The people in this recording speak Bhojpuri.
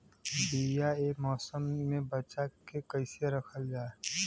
बीया ए मौसम में बचा के कइसे रखल जा?